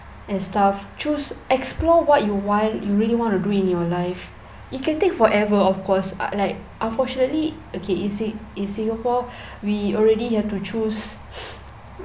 and stuff choose explore what you want you really want to do in your life it can take forever of course uh like unfortunately okay in sin~ in singapore we already have to choose